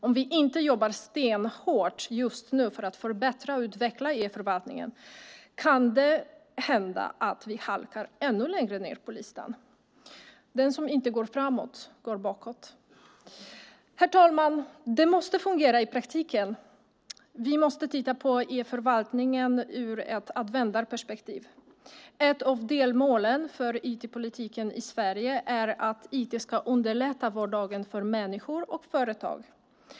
Om vi inte jobbar stenhårt just nu för att förbättra och utveckla e-förvaltningen kan det hända att vi halkar ännu längre ned på listan. Den som inte går framåt går bakåt. Herr talman! Det måste fungera i praktiken. Vi måste titta på e-förvaltningen ur ett användarperspektiv. Ett av delmålen för IT-politiken i Sverige är att IT ska underlätta vardagen för människor och företag.